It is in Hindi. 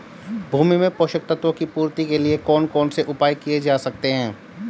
भूमि में पोषक तत्वों की पूर्ति के लिए कौन कौन से उपाय किए जा सकते हैं?